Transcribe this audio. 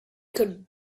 could